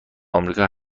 امریکا